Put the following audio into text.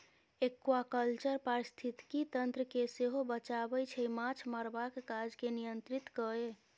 aquaculture पारिस्थितिकी तंत्र केँ सेहो बचाबै छै माछ मारबाक काज केँ नियंत्रित कए